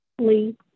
Lee